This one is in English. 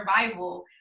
survival